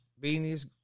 beanies